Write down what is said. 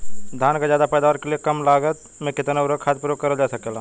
धान क ज्यादा पैदावार के लिए कम लागत में कितना उर्वरक खाद प्रयोग करल जा सकेला?